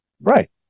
Right